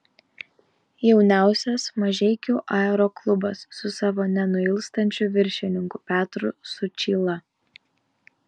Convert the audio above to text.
jauniausias mažeikių aeroklubas su savo nenuilstančiu viršininku petru sučyla